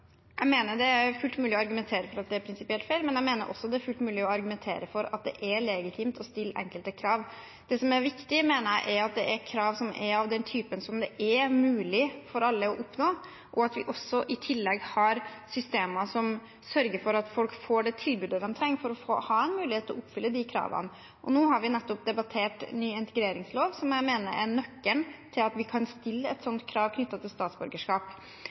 Jeg mener det er fullt mulig å argumentere for at det er prinsipielt feil, men jeg mener også det er fullt mulig å argumentere for at det er legitimt å stille enkelte krav. Det som er viktig, mener jeg, er at det er krav som er av en type det er mulig for alle å oppnå, og at vi i tillegg har systemer som sørger for at folk får det tilbudet de trenger for å ha mulighet til å oppfylle kravene. Nå har vi nettopp debattert ny integreringslov, som jeg mener er nøkkelen til at vi kan stille et slikt krav knyttet til statsborgerskap.